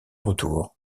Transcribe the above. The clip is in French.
retour